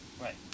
Right